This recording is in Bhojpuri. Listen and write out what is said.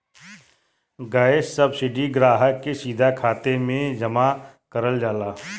गैस सब्सिडी ग्राहक के सीधा खाते में जमा करल जाला